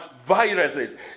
Viruses